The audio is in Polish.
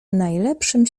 najlepszym